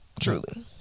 truly